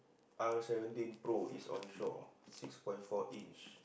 R seventeen pro is on shore six point four inch